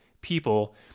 people